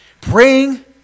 Praying